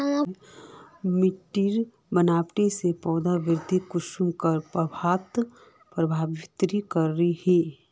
माटिर बनावट से पौधा वृद्धि कुसम करे प्रभावित करो हो?